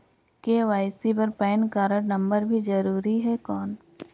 KYC बर PAN card number भी जरूरी हे कौन?